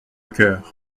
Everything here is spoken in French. cœur